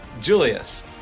Julius